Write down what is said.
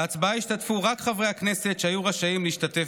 בהצבעה השתתפו רק חברי הכנסת שהיו רשאים להשתתף